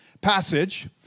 passage